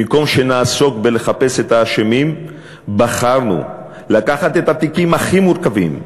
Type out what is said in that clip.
במקום שנעסוק בלחפש את האשמים בחרנו לקחת את התיקים הכי מורכבים,